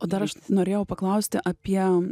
o dar aš norėjau paklausti apie